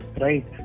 right